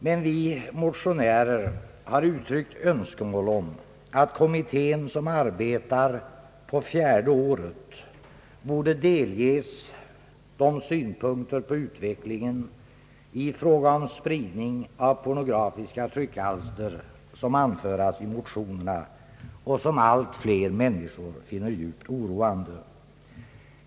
Men vi motionärer har uttryckt önskemål om att kommittén, som arbetar på fjärde året, borde delges de synpunkter på utvecklingen i fråga om spridning av pornografiska tryckalster som anförts i motionerna och som allt fler människor finner djupt oroande.